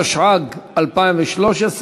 התשע"ג 2013,